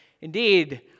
indeed